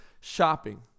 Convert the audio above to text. shopping